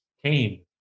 Came